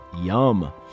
Yum